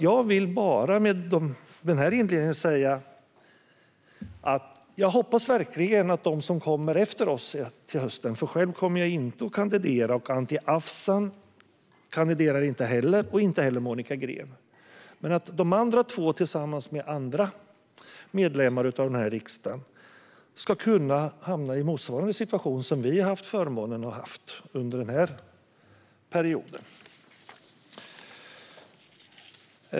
Jag vill med denna inledning säga följande: Själv kommer jag inte att kandidera, och inte heller Anti Avsan och Monica Green, men jag hoppas verkligen att de som kommer efter oss till hösten ska kunna - tillsammans med de två övriga ledamöterna - hamna i motsvarande situation som vi har haft förmånen att befinna oss i under den här perioden.